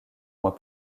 mois